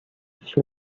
she